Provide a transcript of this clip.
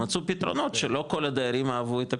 מצאו פתרונות שלא כל הדיירים אהבו את הפתרונות,